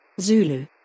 Zulu